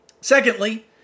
Secondly